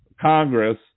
Congress